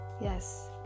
yes